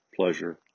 pleasure